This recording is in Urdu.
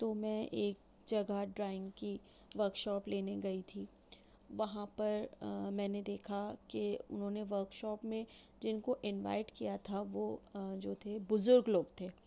تو میں ایک جگہ ڈرائنگ کی ورک شاپ لینے گئی تھی وہاں پر میں نے دیکھا کہ اُنہوں نے ورک شاپ میں جن کو انوائٹ کیا تھا وہ آ جو تھے بزرگ لوگ تھے